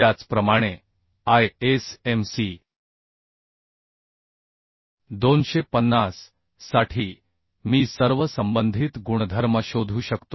त्याचप्रमाणे ISMC 250 साठी मी सर्व संबंधित गुणधर्म शोधू शकतो